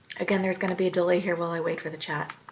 again, there's going to be a delay here while i wait for the chat.